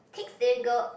ticks didn't go